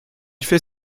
fait